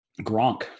Gronk